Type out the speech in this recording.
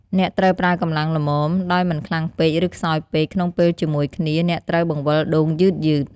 អ្នកត្រូវប្រើកម្លាំងល្មម ដោយមិនខ្លាំងពេក ឬខ្សោយពេក ក្នុងពេលជាមួយគ្នា អ្នកត្រូវបង្វិលដូងយឺតៗ។